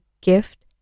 gift